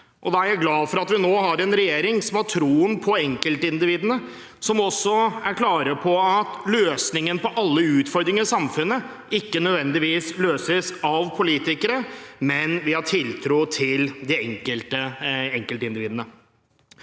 er jeg glad for at vi nå har en regjering som har troen på enkeltindividene, og som også er klare på at alle utfordringene i samfunnet ikke nødvendigvis løses av politikere, men ved å ha tiltro til enkeltindividene.